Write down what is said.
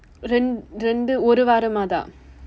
இரண்டு இரண்டு ஒரு வாரமா தான்:irandu irandu oru varamaa thaan